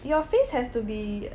your face has to be